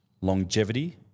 longevity